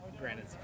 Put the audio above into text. granted